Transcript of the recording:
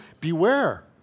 Beware